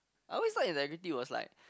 I always thought integrity was like